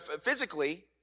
physically